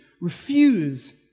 refuse